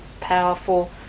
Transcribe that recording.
powerful